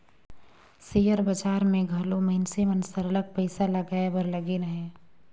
share बजार में घलो मइनसे मन सरलग पइसा लगाए बर लगिन अहें